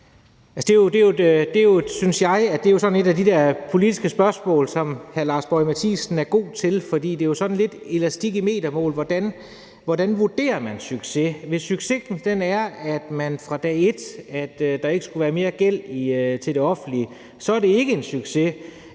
sådan et af de politiske spørgsmål, som hr. Lars Boje Mathiesen er god til, for det er jo sådan lidt elastik i metermål, hvordan man vurderer succes. Hvis succesraten er, at der fra dag et ikke skulle være mere gæld til det offentlige, så er det ikke en succes.